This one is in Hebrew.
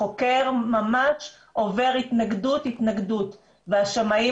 החוקר ממש עובר התנגדות התנגדות והשמאים